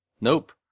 Nope